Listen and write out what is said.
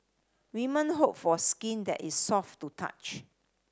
women hope for skin that is soft to touch